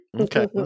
Okay